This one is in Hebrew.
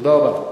תודה רבה.